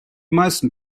meisten